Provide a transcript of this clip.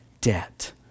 debt